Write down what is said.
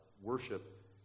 worship